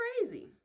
crazy